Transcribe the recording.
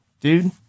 dude